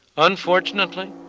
unfortunately,